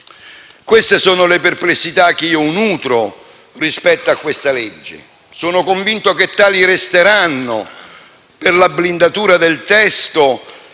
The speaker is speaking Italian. Queste sono le perplessità che io nutro rispetto a questo provvedimento. E sono convinto che tali resteranno per la blindatura del testo